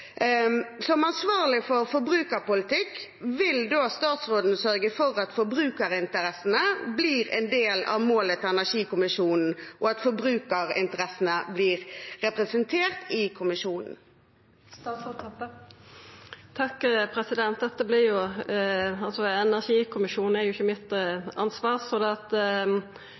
Som ansvarlig for forbrukerpolitikk: Vil statsråden sørge for at forbrukerinteressene blir en del av målet til energikommisjonen, og at forbrukerinteressene blir representert i kommisjonen? Energikommisjonen er jo ikkje mitt ansvar, så eg har ikkje så lyst til å svara på det. Men eg vil alltid sjå til at